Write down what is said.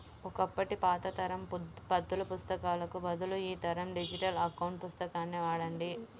ఒకప్పటి పాత తరం పద్దుల పుస్తకాలకు బదులు ఈ తరం డిజిటల్ అకౌంట్ పుస్తకాన్ని వాడండి